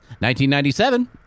1997